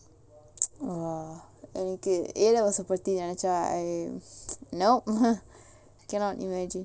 !wah! எனக்கு:enakku A levels ah பத்தி நெனச்சா:paththi nenacha I nop cannot imagine